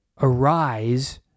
arise